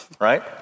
right